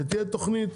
שתהיה תוכנית